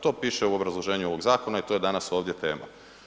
To piše u obrazloženju ovog zakona i to je danas ovdje tema.